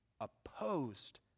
opposed